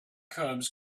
cobs